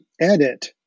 edit